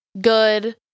good